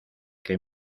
que